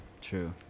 true